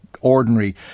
ordinary